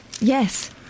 Yes